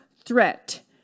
threat